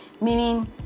Meaning